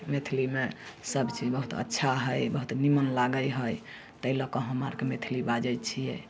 मैथिलीमे सबचीज बहुत अच्छा हइ बहुत निम्मन लागै हइ ताहि लऽ कऽ हम आओरके मैथिली बाजै छिए